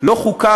לא חוקה,